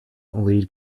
lead